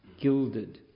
gilded